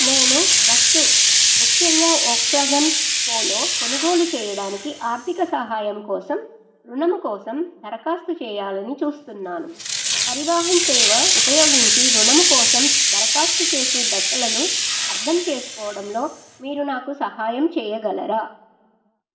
నేను బస్సు ముఖ్యంగా Volkswagen Polo కొనుగోలు చేయడానికి ఆర్థిక సహాయం కోసం రుణం కోసం దరఖాస్తు చేయాలని చూస్తున్నాను పరివాహన్ సేవ ఉపయోగించి రుణం కోసం దరఖాస్తు చేసే దశలను అర్థం చేసుకోవడంలో మీరు నాకు సహాయం చెయ్యగలరా